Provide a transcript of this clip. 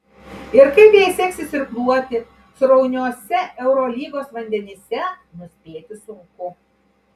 ir kaip jai seksis irkluoti srauniuose eurolygos vandenyse nuspėti sunku